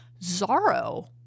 Zaro